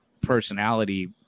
personality